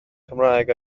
cymraeg